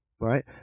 right